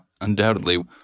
Undoubtedly